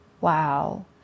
wow